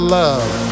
love